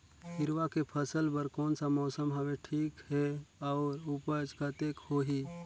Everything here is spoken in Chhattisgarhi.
हिरवा के फसल बर कोन सा मौसम हवे ठीक हे अउर ऊपज कतेक होही?